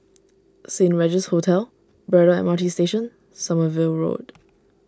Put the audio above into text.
Saint Regis Hotel Braddell M R T Station Sommerville Road